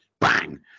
Bang